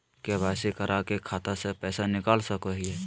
KYC करा के खाता से पैसा निकल सके हय?